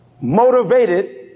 motivated